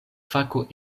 fako